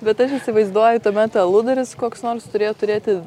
bet aš įsivaizduoju tuomet aludaris koks nors turėjo turėti